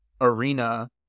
arena